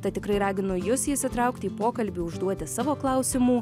tad tikrai raginu jus įsitraukti į pokalbį užduoti savo klausimų